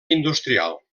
industrial